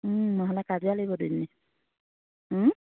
নহ'লে কাজিয়া লাগিব দুইজনীৰ